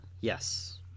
Yes